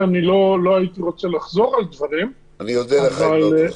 ולא הייתי רוצה לחזור על דברים -- אני אודה לך אם לא תחזור.